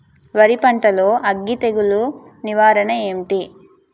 వరి పంటలో అగ్గి తెగులు నివారణ ఏంటి?